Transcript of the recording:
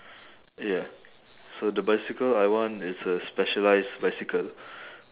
ya so the bicycle I want is a specialised bicycle